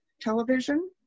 television